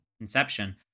inception